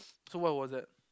so what was that